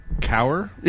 cower